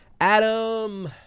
Adam